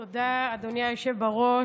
תודה, אדוני היושב-ראש.